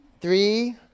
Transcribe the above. three